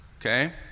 Okay